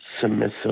submissive